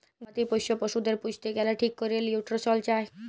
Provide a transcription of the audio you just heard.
গবাদি পশ্য পশুদের পুইসতে গ্যালে ঠিক ক্যরে লিউট্রিশল চায়